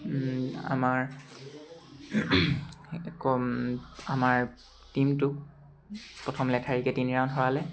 আমাৰ কম্ আমাৰ টীমটোক প্ৰথম লেঠাৰিকৈ তিনি ৰাউণ্ড হৰালে